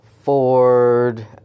Ford